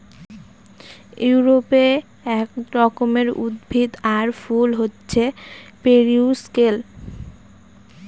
ইউরোপে এক রকমের উদ্ভিদ আর ফুল হছে পেরিউইঙ্কেল